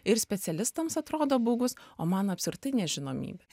ir specialistams atrodo baugus o man apskritai nežinomybė